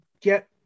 get